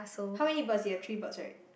how many birds you have three birds right